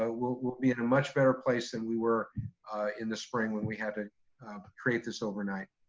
ah we'll we'll be in a much better place than we were in the spring when we had to create this overnight.